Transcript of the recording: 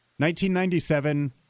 1997